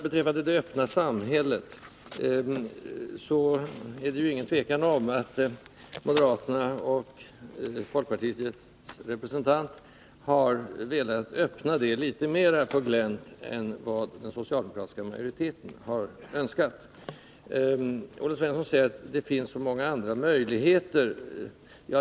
Beträffande det öppna samhället är det inget tvivel om att moderaternas och folkpartiets företrädare har velat öppna det litet mera på glänt än vad den socialdemokratiska majoriteten har önskat. Olle Svensson säger att det finns så många andra möjligheter.